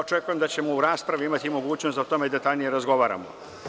Očekujem da ćemo u raspravi imati mogućnost da o tome detaljnije razgovaramo.